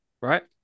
right